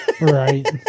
right